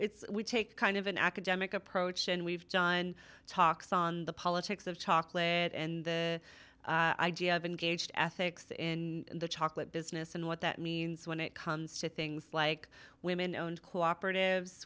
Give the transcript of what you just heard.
it's we take kind of an academic approach and we've done talks on the politics of chocolate and the idea of engaged ethics in the chocolate business and what that means when it comes to things like women owned cooperative